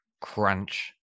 Crunch